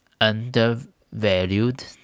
undervalued